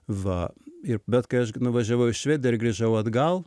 va ir bet kai aš nuvažiavau į švediją ir grįžau atgal